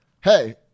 Hey